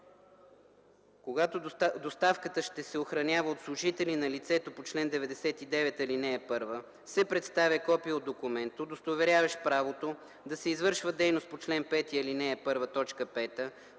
когато доставката ще се охранява от служители на лицето по чл. 99, ал. 1, се представя копие от документ, удостоверяващ правото да се извършва дейност по чл. 5, ал. 1, т. 5